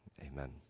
amen